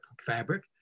fabric